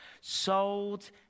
sold